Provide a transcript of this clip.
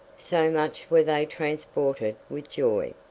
so much were they transported with joy.